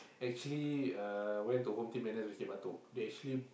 actually uh went to Home Team N_S Bukit-Batok they actually